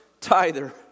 tither